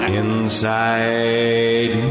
inside